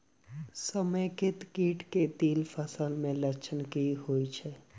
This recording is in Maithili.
समेकित कीट केँ तिल फसल मे लक्षण की होइ छै?